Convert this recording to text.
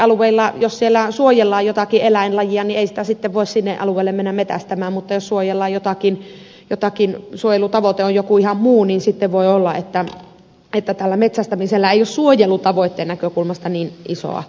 että jos jollakin alueella suojellaan jotakin eläinlajia ei sitä sitten voi sinne alueelle mennä metsästämään mutta jos suojelutavoite on ihan joku muu niin sitten voi olla että tästä metsästämisestä ei ole suojelutavoitteen näkökulmasta niin isoa haittaa